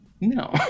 No